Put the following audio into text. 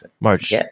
March